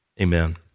Amen